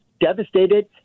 devastated